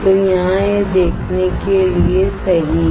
तो यहाँ यह देखने के लिए हैसही है